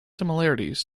similarities